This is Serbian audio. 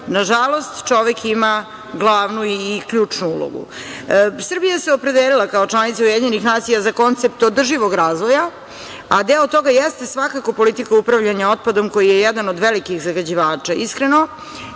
na žalost, čovek ima glavnu i ključnu ulogu. Srbija se opredelila kao članica UN, za koncept održivog razvoja, a deo toga jeste svakako politika upravljanja otpadom, koji je jedan od velikih zagađivača iskreno